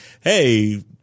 hey